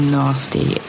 nasty